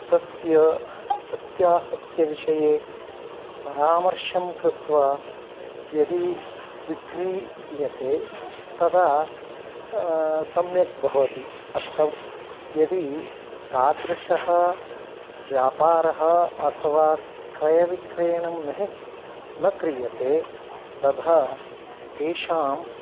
तस्य सत्यासत्यविषये परामर्शं कृत्वा यदि विक्रीयते तदा सम्यक् भवति अथवा यदि तादृशः व्यापारः अथवा क्रयविक्रयणं न हि न क्रियते तदा तेषां